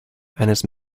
his